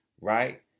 right